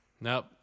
Nope